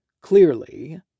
Clearly